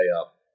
up